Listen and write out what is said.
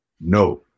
No